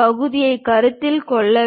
பகுதியைக் கருத்தில் கொள்ள வேண்டும்